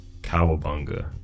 Cowabunga